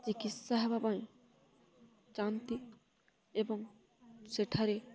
ଚିକିତ୍ସା ହେବା ପାଇଁ ଯାଆନ୍ତି ଏବଂ ସେଠାରେ